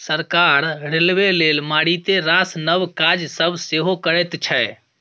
सरकार रेलबे लेल मारिते रास नब काज सब सेहो करैत छै